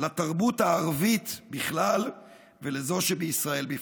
לתרבות הערבית בכלל ולזו שבישראל בפרט.